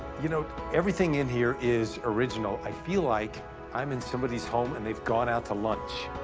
you know, everything in here is original. i feel like i'm in somebody's home and they've gone out to lunch.